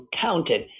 counted